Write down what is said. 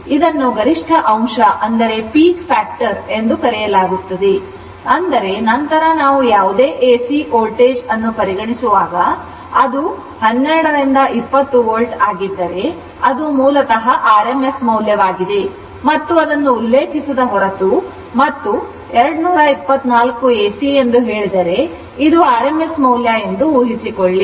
ಇದನ್ನು ಗರಿಷ್ಠ ಅಂಶ ಎಂದು ಕರೆಯಲಾಗುತ್ತದೆ ಅಂದರೆ ನಂತರ ನಾವು ಯಾವುದೇ ಎಸಿ ವೋಲ್ಟೇಜ್ ಅನ್ನು ಪರಿಗಣಿಸುವಾಗ ಅದು 12 ರಿಂದ 20 volt ಆಗಿದ್ದರೆ ಅದು ಮೂಲತಃ rms ಮೌಲ್ಯವಾಗಿದೆ ಮತ್ತು ಅದನ್ನು ಉಲ್ಲೇಖಿಸದ ಹೊರತು ಮತ್ತು 224 ಎಸಿ ಎಂದು ಹೇಳಿದರೆ ಇದು rms ಮೌಲ್ಯ ಎಂದು ಊಹಿಸಿಕೊಳ್ಳಿ